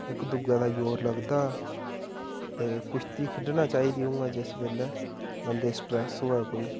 इक दुए दा जोर लगदा ते कुश्ती खेढनी चाहिदी उ'यां जिस बेल्लै बंदे गी स्ट्रैस होऐ कोई